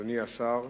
אדוני השר,